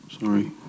Sorry